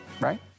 right